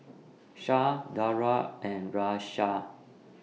Shah Dara and Raisya